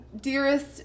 dearest